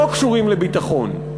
לא קשורים לביטחון.